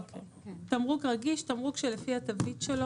"תמרוק רגיש" - תמרוק שלפי התווית שלו